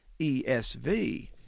ESV